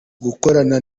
gukorana